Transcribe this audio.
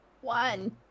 One